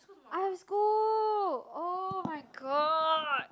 I have school oh-my-god